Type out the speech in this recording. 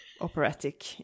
operatic